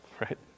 Right